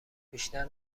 بیشتر